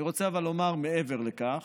אבל אני רוצה לומר, מעבר לכך,